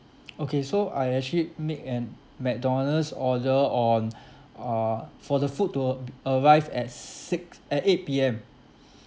okay so I actually make an mcdonald's order on uh for the food to arrive at six at eight P_M